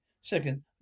Second